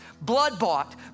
blood-bought